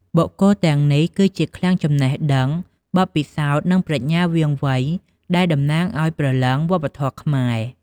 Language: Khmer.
បុគ្គលទាំងនេះ គឺជាឃ្លាំងចំណេះដឹង បទពិសោធន៍ និងប្រាជ្ញាវាងវៃ ដែលតំណាងឱ្យព្រលឹងវប្បធម៌ខ្មែរ។